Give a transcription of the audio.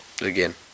again